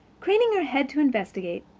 craning her head to investigate,